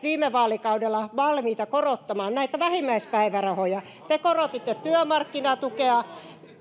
viime vaalikaudella valmiita korottamaan näitä vähimmäispäivärahoja te korotitte työmarkkinatukea